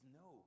no